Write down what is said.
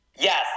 Yes